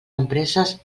empreses